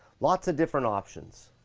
lots of different options.